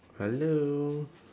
hello